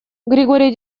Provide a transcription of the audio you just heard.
григорий